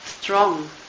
strong